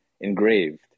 engraved